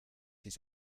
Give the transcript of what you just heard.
his